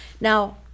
Now